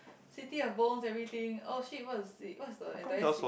city of bones everything oh shit what is it what is the entire series